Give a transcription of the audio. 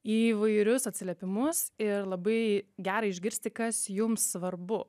įvairius atsiliepimus ir labai gera išgirsti kas jums svarbu